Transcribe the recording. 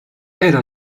era